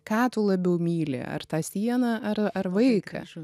ką tu labiau myli ar tą sieną ar ar vaiką